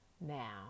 Now